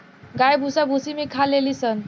गाय भूसा भूसी भी खा लेली सन